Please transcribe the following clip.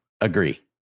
Agree